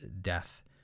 death